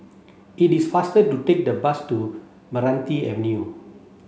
it is faster to take the bus to Meranti Avenue